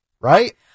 right